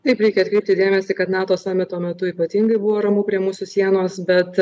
taip reikia atkreipti dėmesį kad nato samito tuo metu ypatingai buvo ramu prie mūsų sienos bet